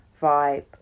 vibe